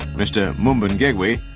mr mumbengegwi,